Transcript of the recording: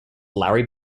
larry